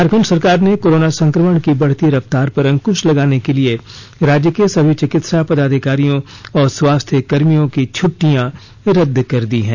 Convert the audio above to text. झारखंड सरकार ने कोरोना संकमण की बढ़ती रफ्तार पर अंकुश लगाने के लिए राज्य के सभी चिकित्सा पदाधिकारियों और स्वास्थ्य कर्मियों की छटिटयां रदद कर दी है